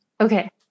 Okay